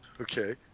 Okay